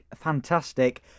fantastic